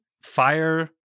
Fire